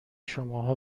شماها